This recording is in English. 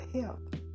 help